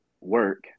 work